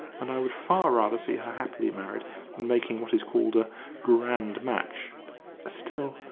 and i would far rather see her happily married than making what is called a grand match still,